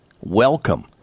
Welcome